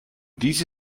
dies